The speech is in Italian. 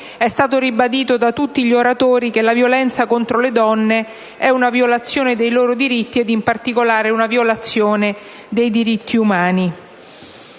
è stato ribadito da tutti gli oratori che la violenza contro le donne è una violazione dei loro diritti, ed in particolare una violazione dei diritti umani.